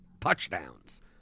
touchdowns